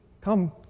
come